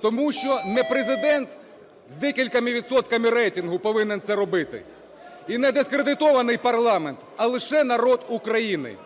Тому що не Президент з декількома відсотками рейтингу повинен це робити і не дискредитований парламент, а лише народ України.